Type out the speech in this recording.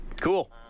Cool